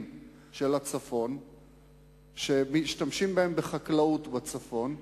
של הצפון שמשתמשים בהם בחקלאות בצפון,